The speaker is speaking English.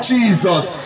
Jesus